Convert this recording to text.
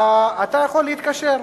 אתה יכול להתקשר.